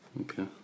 Okay